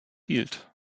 hielt